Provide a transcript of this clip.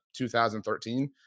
2013